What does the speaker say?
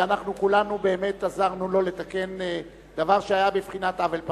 ואנחנו כולנו באמת עזרנו לו לתקן דבר שהיה בבחינת עוול פרלמנטרי.